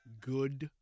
Good